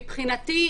מבחינתי,